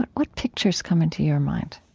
but what pictures come into your mind?